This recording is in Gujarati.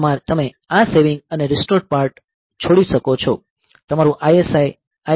તમે આ સેવિંગ અને રીસ્ટોર પાર્ટ છોડી શકો છો